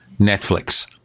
Netflix